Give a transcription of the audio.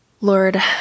Lord